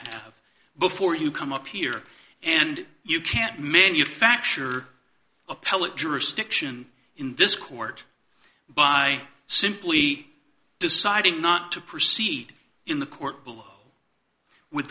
have before you come up here and you can't manufacture appellate jurisdiction in this court by simply deciding not to proceed in the court below with